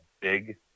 big